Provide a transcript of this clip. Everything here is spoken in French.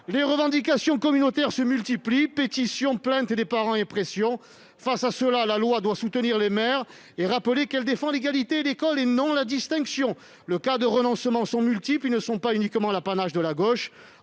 Les revendications communautaires se multiplient : pétitions, plaintes des parents et pressions diverses. Face à cela, la loi doit soutenir les maires et rappeler qu'elle défend l'égalité à l'école et non la distinction. Les cas de renoncement sont multiples, ils ne sont pas seulement l'apanage de la gauche